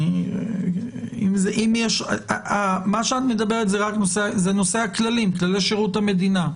את מדברת על נושא הכללים, כללי שירות המדינה.